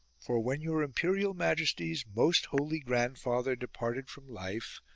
for, when your imperial majesty's most holy grandfather departed from life,